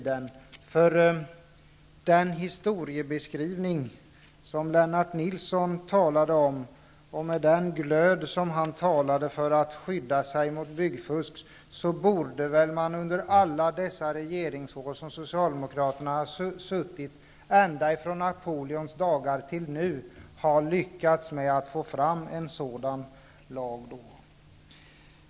Den historieskrivning som Lennart Nilsson gjorde, och den glöd med vilken han talade för skydd mot byggfusk, ger mig anledning att tycka att socialdemokraterna under alla sina regeringsår, ända från Napoleons dagar till nu, borde ha lyckats få fram en sådan lag.